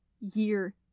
year